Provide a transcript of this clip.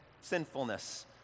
sinfulness